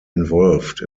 involved